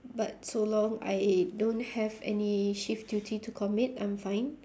but so long I don't have any shift duty to commit I'm fine